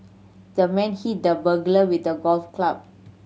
the man hit the burglar with a golf club